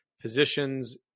positions